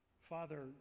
Father